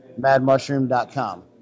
madmushroom.com